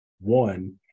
One